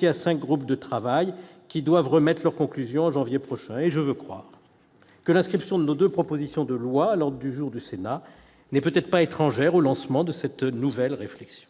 Les cinq groupes de travail devront vous remettre leurs conclusions en janvier prochain. Je veux croire que l'inscription de nos deux propositions de loi à l'ordre du jour du Sénat n'est peut-être pas étrangère au lancement de cette nouvelle réflexion.